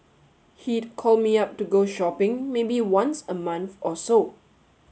he'd call me up to go shopping maybe once a month or so